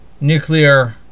nuclear